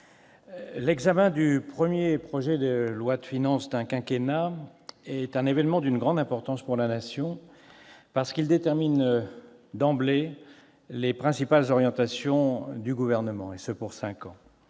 l'examen du premier projet de loi de finances d'un quinquennat est un événement d'une grande importance pour la Nation, parce qu'il détermine d'emblée les principales orientations du Gouvernement, et ce pour cinq ans.